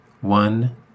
One